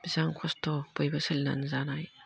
बेसेबां खस्थ' बयबो सोलिनानै जानाय